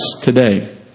today